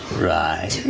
right.